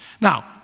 Now